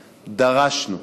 דרשנו.